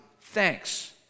Thanks